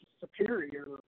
superior